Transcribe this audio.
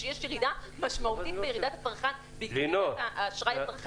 שיש ירידה משמעותית בירידת הצריכה בעקבות האשראי הצרכני.